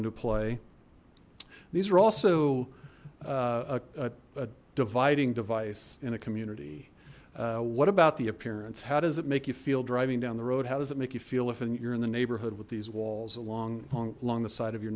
into play these are also a dividing device in a community what about the appearance how does it make you feel driving down the road how does it make you feel if and you're in the neighborhood with these walls along along the side of your